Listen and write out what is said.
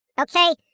okay